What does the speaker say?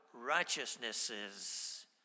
righteousnesses